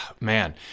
Man